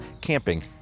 camping